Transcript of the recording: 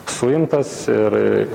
suimtas ir